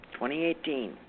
2018